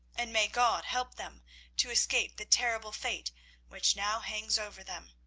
and may god help them to escape the terrible fate which now hangs over them.